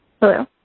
Hello